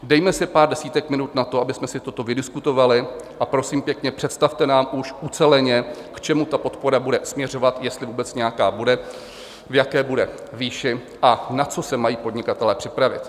Dejme si pár desítek minut na to, abychom si to vydiskutovali, a prosím pěkně, představte nám už uceleně, k čemu ta podpora bude směřovat, jestli vůbec nějaká bude, v jaké bude výši a na co se mají podnikatelé připravit.